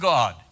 God